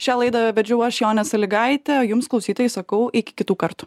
šią laidą vedžiau aš jonė salygaitė jums klausytojai sakau iki kitų kartų